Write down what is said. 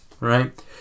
Right